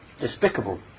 despicable